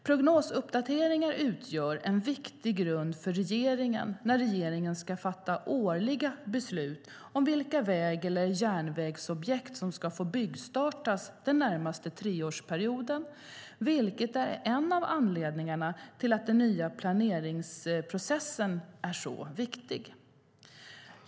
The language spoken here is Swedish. Prognosuppdateringar utgör en viktig grund för regeringen när regeringen ska fatta årliga beslut om vilka väg eller järnvägsobjekt som ska få byggstartas den närmaste treårsperioden, vilket är en av anledningarna till att den nya planeringsprocessen är så viktig.